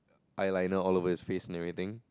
eyeliner all over his face and everything